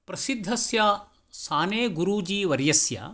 प्रसिद्धस्य साने गुरूजि वर्यस्य